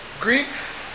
Greeks